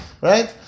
right